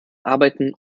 arbeiten